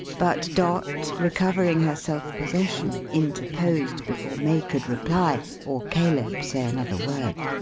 but dot, recovering her self-possession, interposed, before may could reply, or caleb say another word.